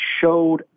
showed